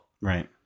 right